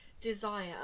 desire